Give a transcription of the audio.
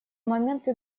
моменты